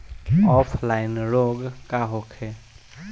Offline रोग का होखे?